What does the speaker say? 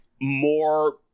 more